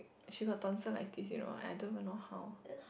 she got tonsillitis you know I don't even know how